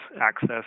access